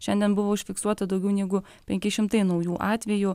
šiandien buvo užfiksuota daugiau negu penki šimtai naujų atvejų